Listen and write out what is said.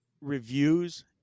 reviews